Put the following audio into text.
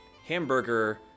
Hamburger